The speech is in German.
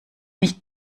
nicht